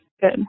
Good